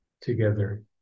together